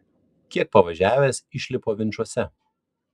kiek pavažiavęs išlipo vinčuose